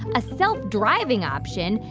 a self-driving option,